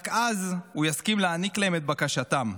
רק אז הוא יסכים להעניק להם את בקשתם.